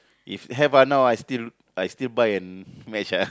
if have ah now ah I still I still buy and match ah